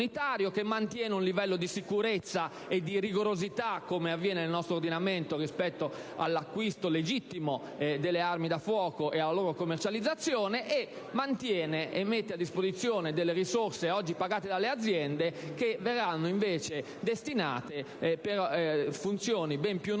che mantiene un livello di sicurezza e di rigorosità, come avviene nel nostro ordinamento, rispetto all'acquisto legittimo delle armi da fuoco e alla loro commercializzazione e mette a disposizione risorse, oggi pagate dalle aziende, che verranno destinate a funzioni ben più nobili